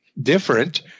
different